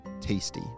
tasty